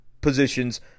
positions